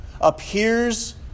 appears